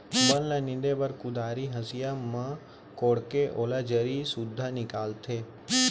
बन ल नींदे बर कुदारी, हँसिया म कोड़के ओला जरी सुद्धा निकालथें